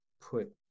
put